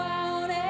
out